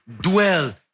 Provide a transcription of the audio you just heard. Dwell